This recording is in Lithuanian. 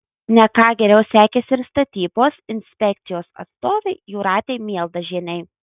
ne ką geriau sekėsi ir statybos inspekcijos atstovei jūratei mieldažienei